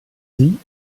sie